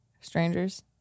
Strangers